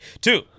two